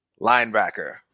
linebacker